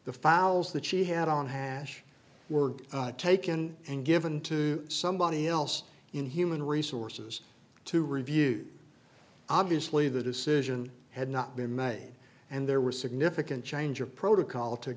the fowls that she had on hash were taken and given to somebody else in human resources to review obviously the decision had not been made and there was significant change of protocol to